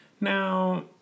Now